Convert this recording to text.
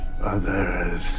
others